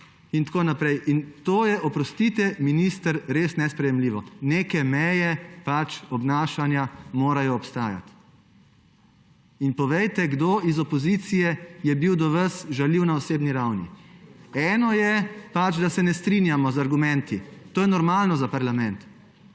in tako naprej. Oprostite, minister, to je res nesprejemljivo. Neke meje obnašanja morajo obstajati. In povejte, kdo iz opozicije je bil do vas žaljiv na osebni ravni. Eno je pač, da se ne strinjamo z argumenti, to je normalno za parlament.